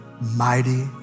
mighty